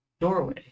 doorway